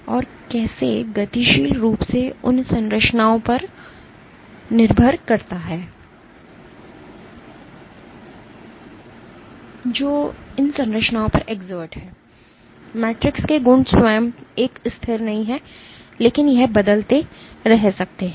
और कैसे गतिशील रूप से उन संरचनाओं पर निर्भर करता है जो इन संरचनाओं पर exert हैं मैट्रिक्स के गुण स्वयं एक स्थिर नहीं हैं लेकिन यह बदलते रह सकते हैं